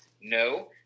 no